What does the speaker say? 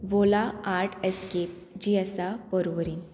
वोला Art Escape ji आसा पर्वरीन